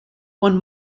one